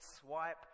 swipe